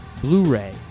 Blu-ray